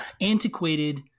antiquated